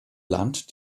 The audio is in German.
land